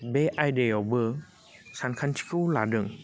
बे आयदायावबो सानखान्थिखौ लादों